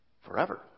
forever